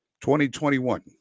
2021